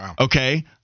okay